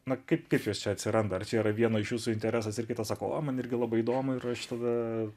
na kaip kaip jos čia atsiranda ar čia yra vieno iš jūsų interesas ir kitas sako o man irgi labai įdomu ir aš tada